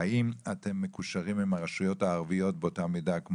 האם אתם מקושרים עם הרשויות הערביות באותה מידה או